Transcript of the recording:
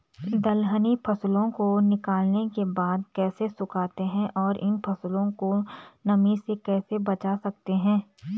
दलहनी फसलों को निकालने के बाद कैसे सुखाते हैं और इन फसलों को नमी से कैसे बचा सकते हैं?